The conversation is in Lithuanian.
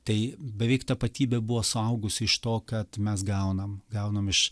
tai beveik tapatybė buvo suaugusi iš to kad mes gaunam gaunam iš